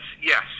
yes